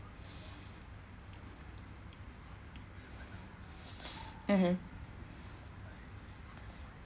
mmhmm